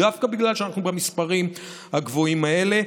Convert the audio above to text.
דווקא בגלל שאנחנו במספרים הגבוהים האלה.